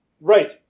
Right